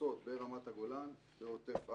שנוסעות ברמת הגולן, בעוטף עזה,